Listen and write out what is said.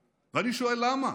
אין אכיפת מסכות, ואני שואל למה?